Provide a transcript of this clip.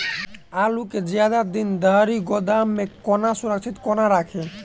आलु केँ जियादा दिन धरि गोदाम मे कोना सुरक्षित कोना राखि?